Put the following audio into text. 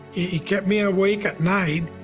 it kept me awake at night.